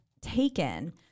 taken